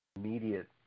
immediate